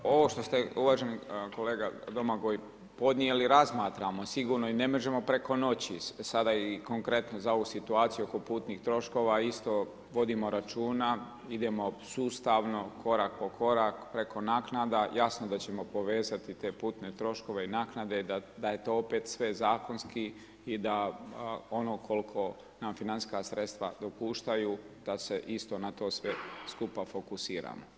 Pa evo, ovo što se ste uvaženi kolega Domagoj podnijeli, razmatramo sigurno i ne možemo preko noći sada i konkretno, za ovu situaciju oko putnih troškova isto vodimo računa, idemo sustavno, korak po korak, preko naknada, jasno da ćemo povezati te putne troškove i naknade da je to opet sve zakonski i da ono koliko nam financijska sredstva dopuštaju da se isto na to sve skupa fokusiramo.